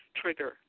trigger